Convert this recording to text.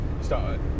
start